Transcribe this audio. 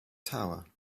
tower